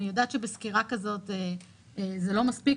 אני יודעת שבסקירה כזאת זה לא מספיק,